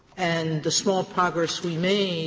and the small progress we made